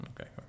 okay